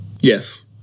Yes